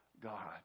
God